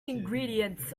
ingredients